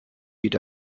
you’d